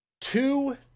two